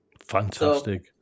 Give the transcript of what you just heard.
Fantastic